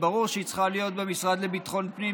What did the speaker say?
וברור שהיא צריכה להיות במשרד לביטחון הפנים,